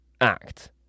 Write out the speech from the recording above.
act